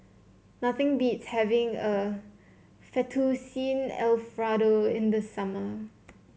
nothing beats having a Fettuccine Alfredo in the summer